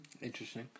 Interesting